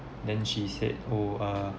then she said oh uh